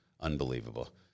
Unbelievable